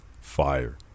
fire